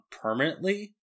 permanently